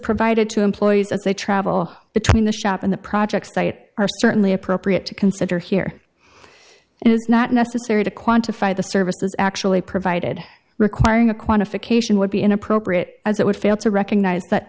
provided to employees as they travel between the shop and the projects that are certainly appropriate to consider here it is not necessary to quantify the services actually provided requiring a qualification would be inappropriate as it would fail to recognize that